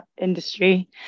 industry